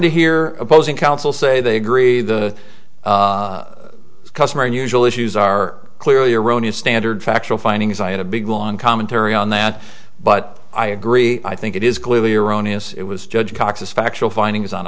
to hear opposing counsel say they agree the customer unusual issues are clearly erroneous standard factual findings i had a big long commentary on that but i agree i think it is clearly erroneous it was judge cox's factual findings on